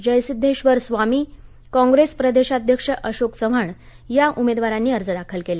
Jaisiddheshwar Swami Congress प्रदेशाध्यक्ष अशोक चव्हाण या उमेदवारांचानी अर्ज दाखल केले